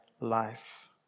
life